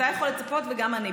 אתה יכול לצפות וגם אני.